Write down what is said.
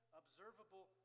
observable